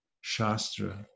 Shastra